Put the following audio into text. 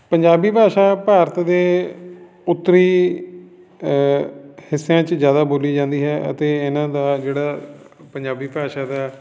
ਪੰਜਾਬੀ ਭਾਸ਼ਾ ਭਾਰਤ ਦੇ ਉੱਤਰੀ ਹਿੱਸਿਆਂ 'ਚ ਜ਼ਿਆਦਾ ਬੋਲੀ ਜਾਂਦੀ ਹੈ ਅਤੇ ਇਹਨਾਂ ਦਾ ਜਿਹੜਾ ਪੰਜਾਬੀ ਭਾਸ਼ਾ ਦਾ